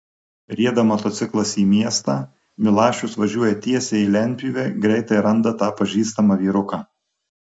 rieda motociklas į miestą milašius važiuoja tiesiai į lentpjūvę greitai randa tą pažįstamą vyruką